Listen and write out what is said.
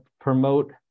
promote